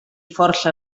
força